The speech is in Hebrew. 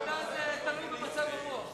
מפלגת העבודה, זה תלוי במצב הרוח.